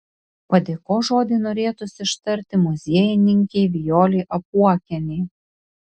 padėkos žodį norėtųsi ištarti muziejininkei vijolei apuokienei